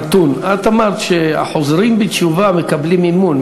נתון: את אמרת שהחוזרים בתשובה מקבלים מימון.